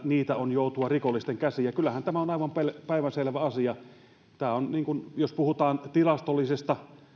niitä joutuu rikollisten käsiin ja kyllähän tämä on aivan päivänselvä asia jos puhutaan tilastollisesta